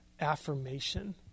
affirmation